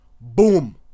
boom